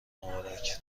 مبارک